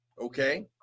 Okay